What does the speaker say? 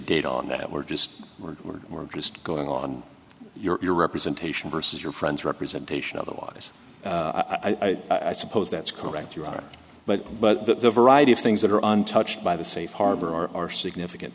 data on that we're just we're we're we're just going on your your representation vs your friends representation otherwise i suppose that's correct you are but but the variety of things that are untouched by the safe harbor are are significant